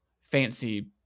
fancy